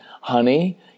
honey